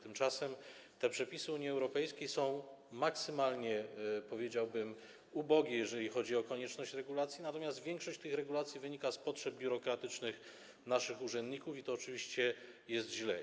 Tymczasem te przepisy Unii Europejskiej są maksymalnie, powiedziałbym, ubogie, jeżeli chodzi o konieczność regulacji, natomiast większość tych regulacji wynika z potrzeb biurokratycznych naszych urzędników i to oczywiście jest źle.